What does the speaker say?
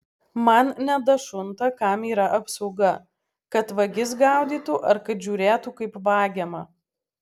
man nedašunta kam yra apsauga kad vagis gaudytų ar kad žiūrėtų kaip vagiama